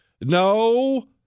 No